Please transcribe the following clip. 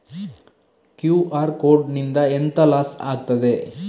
QR code ನಿಂದ ಎಂತ loss ಆಗ್ತದೆ?